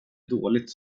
dåligt